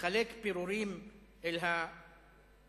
ומחלק פירורים לאחר,